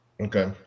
Okay